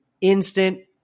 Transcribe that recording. instant